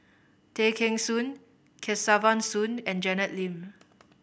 Tay Kheng Soon Kesavan Soon and Janet Lim